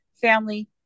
family